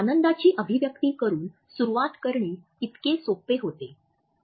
आनंदाची अभिव्यक्ती करुन सुरुवात करणे इतके सोपे होते